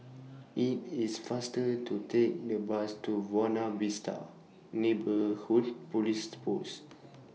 IT IS faster to Take The Bus to Wona Vista Neighbourhood Police Post